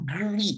agree